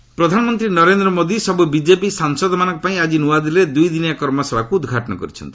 PM workshop ପ୍ରଧାନମନ୍ତ୍ରୀ ନରେନ୍ଦ୍ର ମୋଦି ସବୁ BJP ସାଂସଦମାନଙ୍କ ପାଇଁ ଆକି ନୂଆଦିଲ୍ଲୀରେ ଦୁଇଦିନିଆ କର୍ମଶାଳାକୁ ଉଦ୍ଘାଟନ କରିଛନ୍ତି